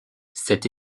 cette